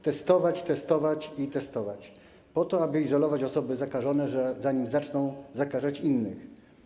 Testować, testować i testować, po to aby izolować osoby zakażone, zanim zaczną zakażać innych.